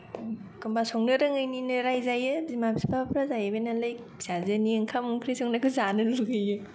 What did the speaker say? एखम्बा संनो रोङैनिनो रायजायो बिमा बिफाफोरा जाहैबाय नालाय फिसाजोनि ओंखाम ओंख्रि संनायखौ जानो लुबैयो